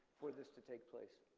for this to take place?